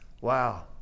Wow